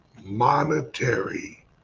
monetary